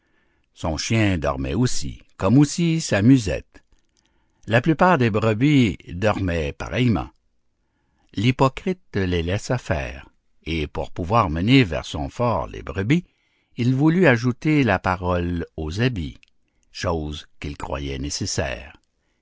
son chien dormait aussi comme aussi sa musette la plupart des brebis dormaient pareillement l'hypocrite les laissa faire et pour pouvoir mener vers son fort les brebis il voulut ajouter la parole aux habits chose qu'il croyait nécessaire